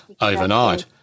overnight